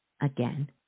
again